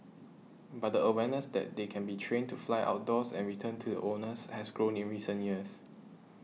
but the awareness that they can be trained to fly outdoors and return to the owners has grown in recent years